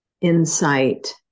insight